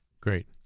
Great